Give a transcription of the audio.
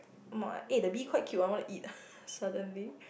eh the bee quite cute I want to eat suddenly